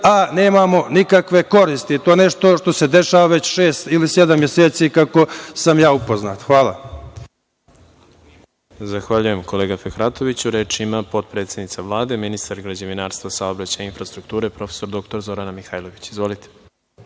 a nemamo nikakve koristi. To je nešto što se dešava već šest ili sedam meseci, kako sam ja upoznat. Hvala. **Đorđe Milićević** Zahvaljujem, kolega Fehratoviću. Reč ima potpredsednica Vlade, ministar građevinarstva, saobraćaja i infrastrukture, prof. dr Zorana Mihajlović. Izvolite.